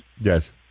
Yes